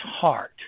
heart